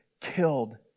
killed